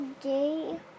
day